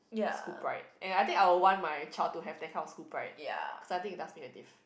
school pride and I think I would want my child to have that kind of school pride cause I think it does make a diff